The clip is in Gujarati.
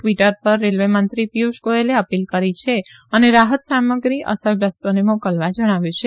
ટવીટર પર રેલવે મંત્રી પિયુષ ગોયલે અપીલ કરી છે અને રાહત સામગ્રી અસરગ્રસ્તોને મોકલવા જણાવ્યું છે